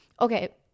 Okay